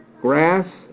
grass